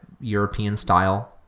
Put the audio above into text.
European-style